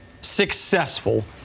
successful